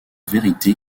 vérité